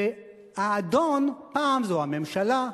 והאדון, פעם זו הממשלה,